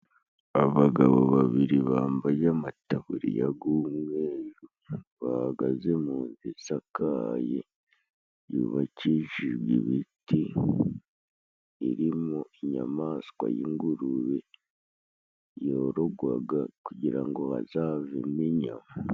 Abagabo babiri bambaye amataburiya g'umweru, bahagaze mu nzu isakaye, yubakishije ibiti, irimo inyamaswa y'ingurube yorogwaga kugira ngo bazabone inyama.